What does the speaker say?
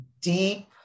deep